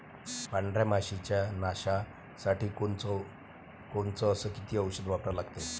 पांढऱ्या माशी च्या नाशा साठी कोनचं अस किती औषध वापरा लागते?